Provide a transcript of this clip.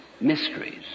mysteries